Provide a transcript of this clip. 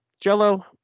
jello